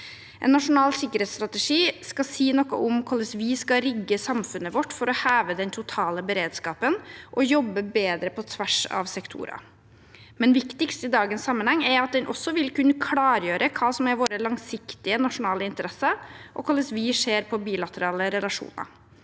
En nasjonal sikkerhetsstrategi skal si noe om hvordan vi skal rigge samfunnet vårt for å heve den totale beredskapen og jobbe bedre på tvers av sektorer. Men viktigst i dagens sammenheng er at den også vil kunne klargjøre hva som er våre langsiktige nasjonale interesser, og hvordan vi ser på bilaterale relasjoner.